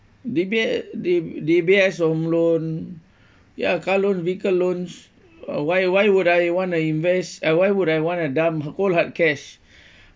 D_B~ D~ D_B_S home loan ya car loan vehicle loans uh why why would I wanna invest uh why would I wanna dump cold hard cash